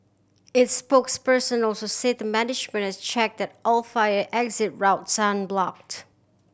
its spokesperson also said the management had checked that all fire exit routes are unblocked